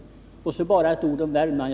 Jag vill också säga några ord om Värmland.